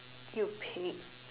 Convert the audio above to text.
you pig